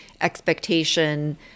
expectation